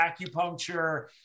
acupuncture